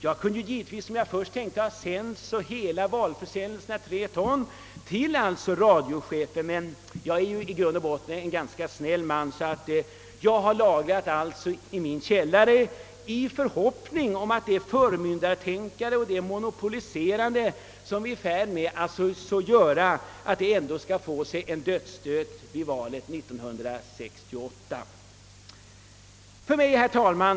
Jag kunde givetvis, som jag först tänkte, ha sänt detta valtryck på tre ton till radiochefen, men jag är i grund och botten en ganska snäll man, så jag lagrade allt i min källare i förhoppning om att det nuvarande förmyndartänkandet och monopoliserandet ändå skall få en dödsstöt vid valet 1968. Herr talman!